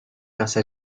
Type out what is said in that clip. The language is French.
grâce